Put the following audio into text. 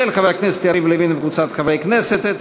של חבר הכנסת יריב לוין וקבוצת חברי הכנסת.